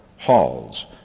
halls